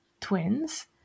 twins